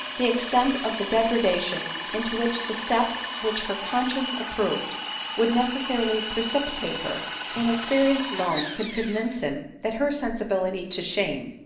the extent of the degradation into which the step which her conscience approved would necessarily pre cipitate her and experience alone could convince him that her sensibility to shame,